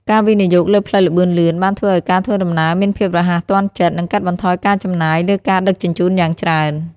ការវិនិយោគលើផ្លូវល្បឿនលឿន បានធ្វើឱ្យការធ្វើដំណើរមានភាពរហ័សទាន់ចិត្ត និងកាត់បន្ថយការចំណាយលើការដឹកជញ្ជូនយ៉ាងច្រើន។